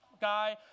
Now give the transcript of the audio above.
Guy